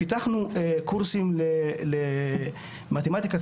פיתחנו קורסים למתמטיקה,